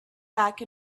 back